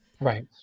Right